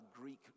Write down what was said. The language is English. Greek